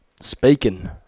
Speaking